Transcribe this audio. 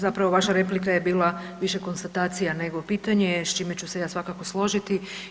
Zapravo vaša replika je bila više konstatacija nego pitanje, s čime ću se ja svakako složiti.